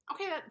Okay